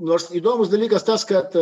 nors įdomūs dalykas tas kad